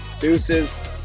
Deuces